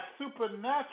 supernatural